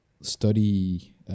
study